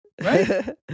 right